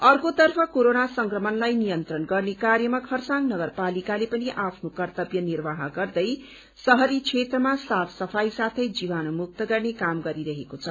अर्कोतर्फ कोरोना संक्रमणलाई नियन्त्रण गर्ने कार्यमा खरसाङ नगरपालिकाले पनि आफ्नो कर्त्तव्य निर्वाह गर्दै शहरी क्षेत्रमा साफ सफाई साथै जीवाणु मुक्त गर्ने काम गरिरहेको छ